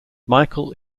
michael